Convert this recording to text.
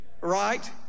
right